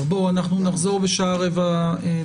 נחזור בשעה 13:45,